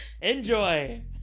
Enjoy